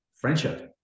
friendship